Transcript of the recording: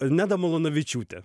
neda malūnavičiūtė